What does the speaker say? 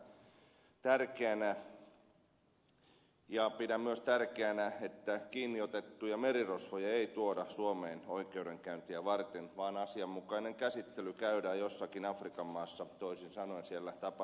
pidän tätä tärkeänä ja pidän myös tärkeänä että kiinniotettuja merirosvoja ei tuoda suomeen oikeudenkäyntiä varten vaan asianmukainen käsittely käydään jossakin afrikan maassa toisin sanoen siellä tapahtuma alueella